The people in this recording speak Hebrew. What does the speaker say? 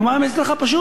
אבל מה עם האזרח הפשוט?